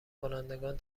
کنندگان